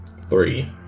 three